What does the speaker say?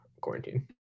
quarantine